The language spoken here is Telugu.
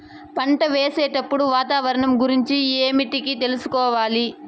పంటలు వేసేటప్పుడు వాతావరణం గురించి ఏమిటికి తెలుసుకోవాలి?